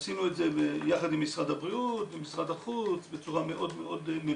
עשינו את זה יחד עם משרד הבריאות ועם משרד החוץ בצורה מאוד מבוקרת,